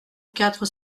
quatre